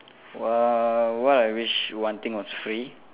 !wow! what I wish one thing was free